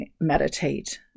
meditate